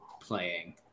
playing